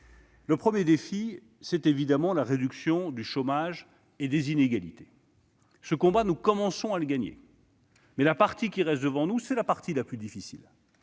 Le premier défi, c'est la réduction du chômage et des inégalités. Ce combat, nous commençons à le gagner, mais la partie qui reste devant nous est la plus difficile,